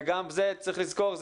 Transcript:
וגם את זה צריך לזכור.